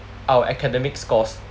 our academic scores